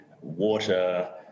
water